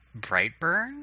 Brightburn